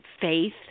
faith